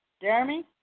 Jeremy